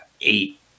eight